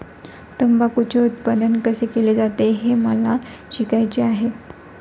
तंबाखूचे उत्पादन कसे केले जाते हे मला शिकायचे आहे